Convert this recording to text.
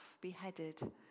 beheaded